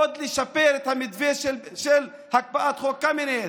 עוד לשפר את המתווה של הקפאת חוק קמיניץ,